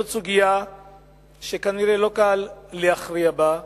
זו סוגיה שכנראה לא קל להכריע בה,